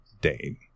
dane